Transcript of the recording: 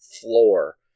floor